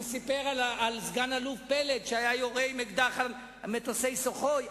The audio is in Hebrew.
הוא סיפר על סגן-אלוף פלד שהיה יורה עם אקדח על מטוסי "סוחוי".